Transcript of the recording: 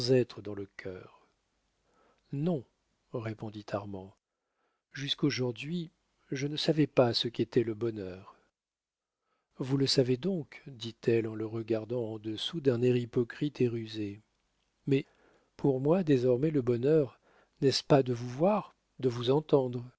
dans le cœur non répondit armand jusqu'aujourd'hui je ne savais pas ce qu'était le bonheur vous le savez donc dit-elle en le regardant en dessous d'un air hypocrite et rusé mais pour moi désormais le bonheur n'est-ce pas de vous voir de vous entendre